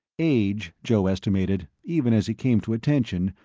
age, joe estimated, even as he came to attention,